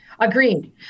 Agreed